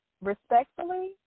respectfully